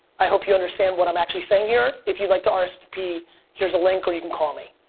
i hope you understand what i'm actually saying here, if you'd like to um rsvp here's a link, or you can call me,